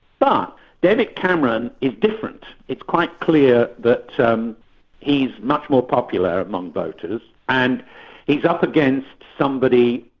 but david cameron is different. it's quite clear that so um he's much more popular among voters and he's up against somebody,